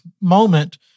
moment